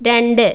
രണ്ട്